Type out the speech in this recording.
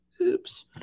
Oops